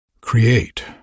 create